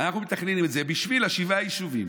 אנחנו מתכננים את זה בשביל שבעת היישובים.